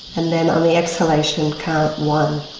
and then on the exhalation count one,